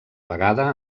vegada